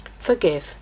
Forgive